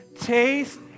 Taste